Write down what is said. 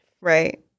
right